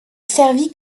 servi